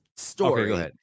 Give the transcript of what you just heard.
story